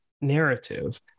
narrative